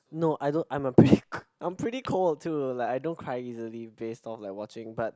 no I don't I'm a pre~ I'm pretty cold too like I don't cry easily based off like watching but